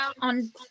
on